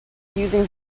using